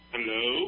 Hello